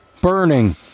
Burning